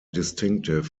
distinctive